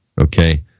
Okay